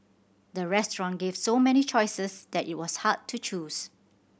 the restaurant gave so many choices that it was hard to choose